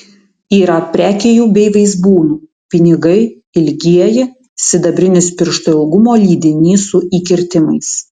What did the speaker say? yra prekijų bei vaizbūnų pinigai ilgieji sidabrinis piršto ilgumo lydinys su įkirtimais